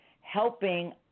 helping